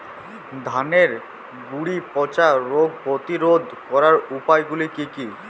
ধানের গুড়ি পচা রোগ প্রতিরোধ করার উপায়গুলি কি কি?